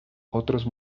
otros